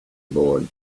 board